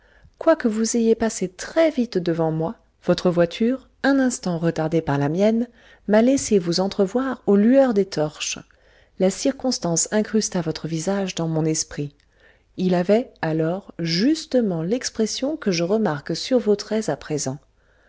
quoique vous ayez passé très vite devant moi votre voiture un instant retardée par la mienne m'a laissé vous entrevoir aux lueurs des torches la circonstance incrusta votre visage dans mon esprit il avait alors justement l'expression que je remarque sur vos traits à présent